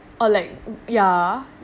orh like yeah